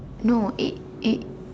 no eight eight